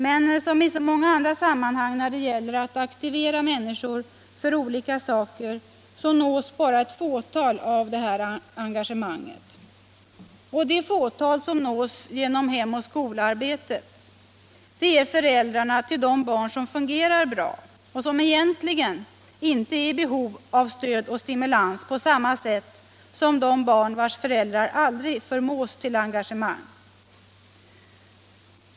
Men som i så många andra — sammanhang när det gäller att aktivera människor för olika saker nås Skolans inre arbete bara ett fåtal av dessa engagemang. Det fåtal som nås genom Hem och = Mm.m. Skola-arbetet är föräldrarna till de barn som fungerar bra och som egentligen inte är i behov av stöd och stimulans på samma sätt som de barn vilkas föräldrar aldrig förmås till engagemang.